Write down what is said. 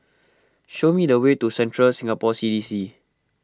show me the way to Central Singapore C D C